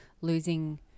losing